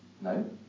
No